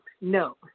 no